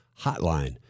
Hotline